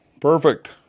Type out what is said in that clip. perfect